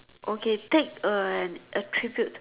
okay take an attribute